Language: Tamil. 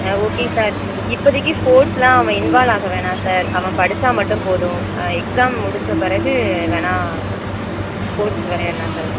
ஆ ஓகே சார் இப்போதிக்கு ஸ்போர்ட்ஸ் எல்லாம் அவன் இன்வால்வ் ஆக வேணாம் சார் அவன் படிச்சால் மட்டும் போதும் எக்ஸாம் முடிச்ச பிறகு வேணா ஸ்போர்ட்ஸ் விளையாடுலாம் சார்